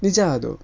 ನಿಜ ಅದು